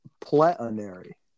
plenary